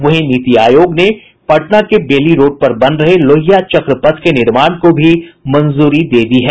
वहीं नीति आयोग ने पटना के बेली रोड पर बन रहे लोहिया चक्र पथ के निर्माण को भी मंजूरी दे दी है